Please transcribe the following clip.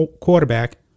quarterback